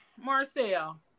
Marcel